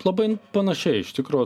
labai panašiai iš tikro